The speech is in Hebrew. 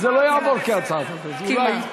כי זה לא יעבור כהצעת חוק, אז אולי,